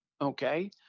okay